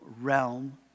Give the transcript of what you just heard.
realm